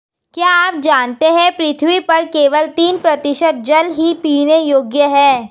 क्या आप जानते है पृथ्वी पर केवल तीन प्रतिशत जल ही पीने योग्य है?